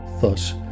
Thus